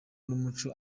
n’umuco